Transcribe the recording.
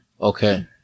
Okay